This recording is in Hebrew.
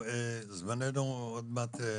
זמננו עוד מעט יסתיים,